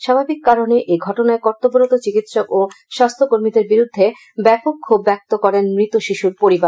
স্বাভাবিক কারণে এই ঘটনায় কর্তব্যরত চিকিৎসক ও স্বাস্থ্য কর্মীদের বিরুদ্ধে ব্যাপক ক্ষোভ ব্যক্ত করেন মৃত শিশুর পরিবার